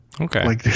Okay